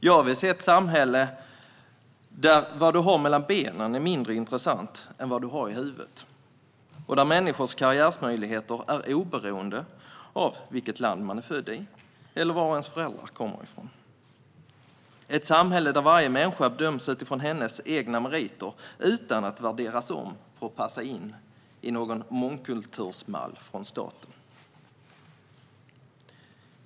Jag vill se ett samhälle där det som man har mellan benen är mindre intressant än vad man i huvudet och där en människas karriärmöjligheter är oberoende av vilket land man är född i eller var föräldrarna kommer från, ett samhälle där varje människa döms efter sina egna meriter utan att de värderas om för att passa in i någon mångkultursmall från staten.